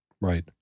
right